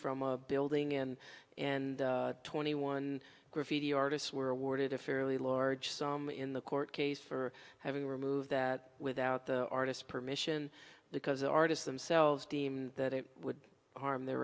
from a building in and twenty one graffiti artists were awarded a fairly large sum in the court case for having removed that without the artist permission because the artists themselves deemed that it would harm their